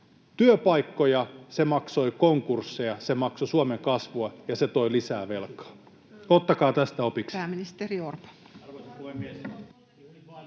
työpaikkoja, maksoi konkursseja, maksoi Suomen kasvua ja toi lisää velkaa. Ottakaa tästä opiksi.